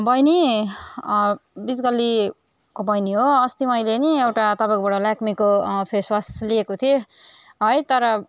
बहिनी बिच गल्लीको बहिनी हो अस्ति मैले नि एउटा तपाईँकोबड लेक्मीको फेसवास लिएको थिएँ है तर